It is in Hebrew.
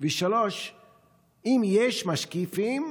3. אם יש משקיפים,